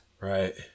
Right